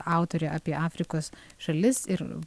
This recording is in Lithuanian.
autorė apie afrikos šalis ir